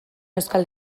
euskal